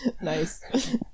Nice